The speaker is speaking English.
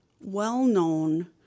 well-known